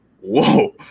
Whoa